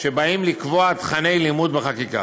שבאים לקבוע בה תוכני לימוד בחקיקה,